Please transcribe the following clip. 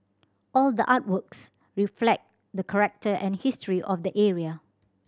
all the artworks reflect the character and history of the area